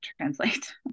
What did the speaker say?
translate